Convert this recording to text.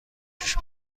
پیش